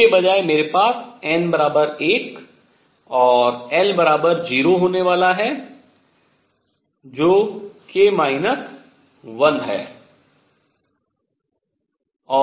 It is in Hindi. इसके बजाय मेरे पास n 1 और l 0 होने वाला है जो k 1 है